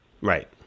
Right